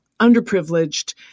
underprivileged